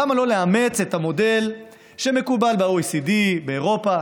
למה לא לאמץ את המודל שמקובל ב-OECD, באירופה?